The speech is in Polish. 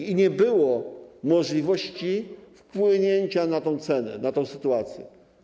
I nie było możliwości wpłynięcia na tę cenę, na tę sytuację.